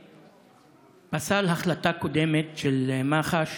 פסל החלטה קודמת של מח"ש